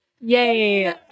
Yay